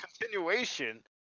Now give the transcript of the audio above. continuation